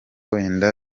wenda